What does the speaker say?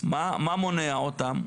מה מונע מבעדם?